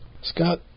Scott